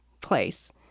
place